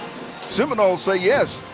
seminoles say yes.